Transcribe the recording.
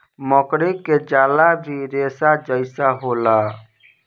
मकड़ी के जाला भी रेसा जइसन होला